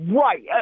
Right